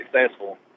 successful